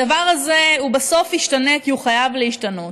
הדבר הזה בסוף ישתנה, כי הוא חייב להשתנות.